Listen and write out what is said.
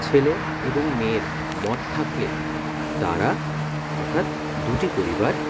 ছেলে এবং মেয়ের মত থাকলে তারা অর্থাৎ দুটি পরিবার